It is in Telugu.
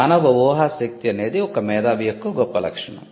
మానవ ఊహాశక్తి అనేది ఒక మేధావి యొక్క గొప్ప లక్షణం